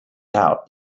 out